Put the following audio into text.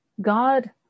God